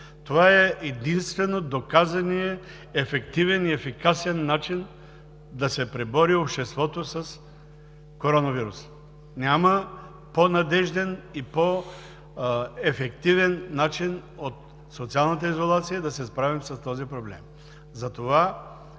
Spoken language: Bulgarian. Това е единствено доказаният ефективен и ефикасен начин да се пребори обществото с коронавируса. Няма по-надежден и по-ефективен начин от социалната изолация, за да се справим с този проблем.